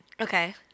Okay